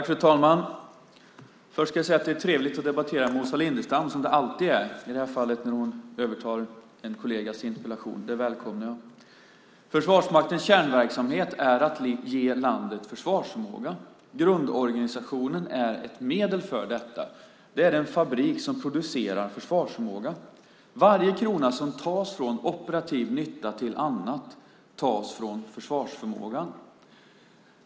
Fru talman! Det är trevligt att debattera med Åsa Lindestam - som alltid. Att hon i det här fallet övertar en kollegas interpellation välkomnar jag. Försvarsmaktens kärnverksamhet är att ge landet försvarsförmåga, och grundorganisationen är ett medel för detta. Den är en fabrik som producerar försvarsförmåga. Varje krona som tas från operativ nytta och förs över till annat tas från försvarsförmågan.